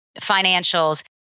financials